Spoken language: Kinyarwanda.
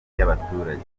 y’abaturage